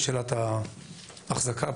משאלת ההחזקה הפרטית.